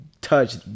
touch